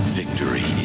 victory